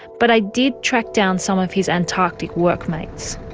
but i did track down some of his antarctic workmates.